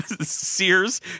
Sears